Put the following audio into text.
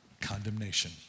condemnation